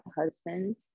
husband